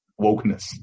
wokeness